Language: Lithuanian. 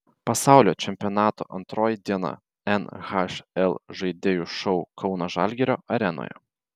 pasaulio čempionato antroji diena nhl žaidėjų šou kauno žalgirio arenoje